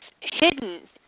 hidden